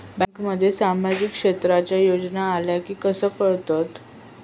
बँकांमध्ये सामाजिक क्षेत्रांच्या योजना आल्या की कसे कळतत?